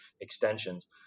extensions